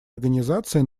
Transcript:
организации